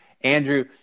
Andrew